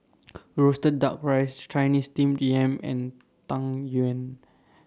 Roasted Duck Rice Chinese Steamed Yam and Tang Yuen